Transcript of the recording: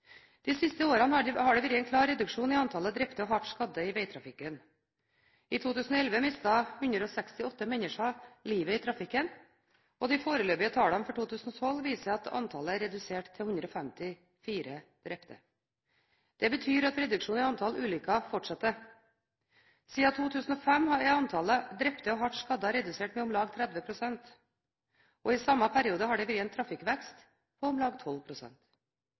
De siste årene har det vært en klar reduksjon i antallet drepte og hardt skadde i vegtrafikken. I 2011 mistet 168 mennesker livet i trafikken, og de foreløpige tallene for 2012 viser at antallet er redusert til 154 drepte. Det betyr at reduksjonen i antall ulykker fortsetter. Siden 2005 er antallet drepte og hardt skadde redusert med om lag 30 pst., og i samme periode har det vært en trafikkvekst på om lag